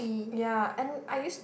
ya and I used